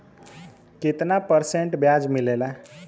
कितना परसेंट ब्याज मिलेला?